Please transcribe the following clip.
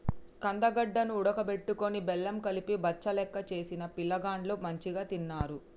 కందగడ్డ ను ఉడుకబెట్టుకొని బెల్లం కలిపి బచ్చలెక్క చేసిన పిలగాండ్లు మంచిగ తిన్నరు